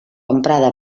emprada